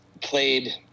played